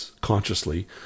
consciously